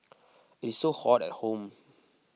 it is so hot at home